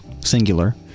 singular